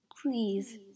Please